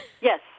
Yes